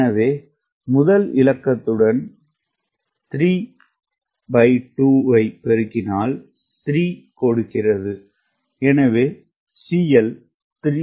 எனவே முதல் இலக்கத்துடன் 32 ஐ பெருக்கினால் 3 கொடுக்கிறது எனவே CL 0